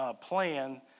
plan